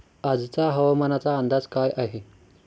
आजचा हवामानाचा अंदाज काय आहे?